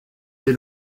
des